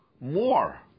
more